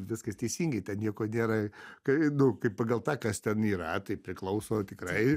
viskas teisingai ten nieko nėra kai nu kai pagal tą kas ten yra tai priklauso tikrai